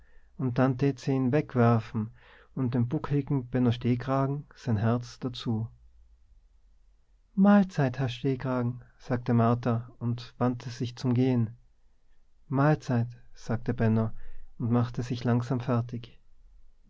und dann tät se ihn wegwerfen und dem buckligen benno stehkragen sein herz dazu mahlzeit herr stehkragen sagte martha und wandte sich zum gehen mahlzeit sagte benno und machte sich langsam fertig